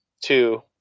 two